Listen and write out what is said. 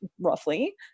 roughly